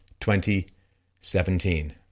2017